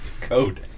code